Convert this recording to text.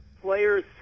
players